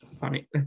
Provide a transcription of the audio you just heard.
Funny